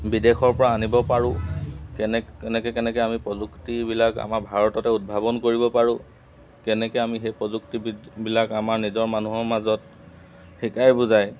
বিদেশৰপৰা আনিব পাৰোঁ কেনেকৈ কেনেকৈ আমি প্ৰযুক্তিবিলাক আমাৰ ভাৰততে উদ্ভাৱন কৰিব পাৰোঁ কেনেকৈ আমি সেই প্ৰযুক্তিবিলাক আমাৰ নিজৰ মানুহৰ মাজত শিকাই বুজাই